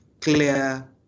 clear